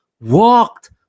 walked